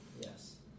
Yes